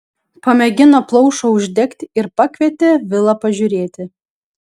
pamėgino plaušą uždegti ir pakvietė vilą pažiūrėti